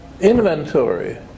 inventory